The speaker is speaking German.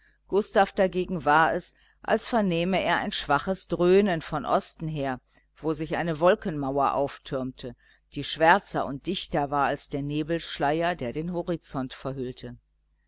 gustav dagegen war es als vernehme er ein schwaches dröhnen von osten her wo sich eine wolkenmauer auftürmte die schwärzer und dichter war als der nebelschleier der den horizont verhüllte